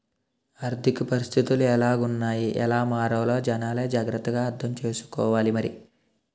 ఆర్థిక పరిస్థితులు ఎలాగున్నాయ్ ఎలా మారాలో జనాలే జాగ్రత్త గా అర్థం సేసుకోవాలి మరి